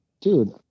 dude